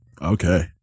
Okay